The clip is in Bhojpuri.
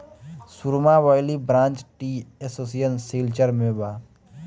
सुरमा valley branch tea association Silchar में बा